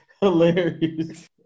Hilarious